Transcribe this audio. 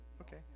okay